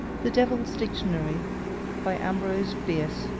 the devil's dictionary by ambrose bierce